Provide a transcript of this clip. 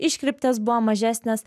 iškirptės buvo mažesnės